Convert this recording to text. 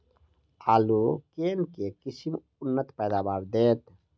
आलु केँ के किसिम उन्नत पैदावार देत?